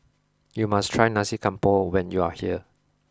you must try Nasi Campur when you are here